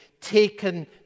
taken